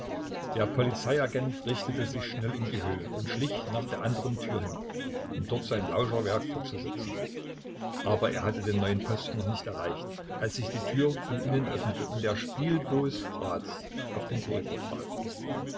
der polizeiagent richtete sich schnell in die höhe und schlich nach der andern tür hin um dort sein lauscherwerk fortzusetzen aber er hatte den neuen posten noch nicht erreicht als sich die tür von innen öffnete und der spielbooß bratz auf den korridor trat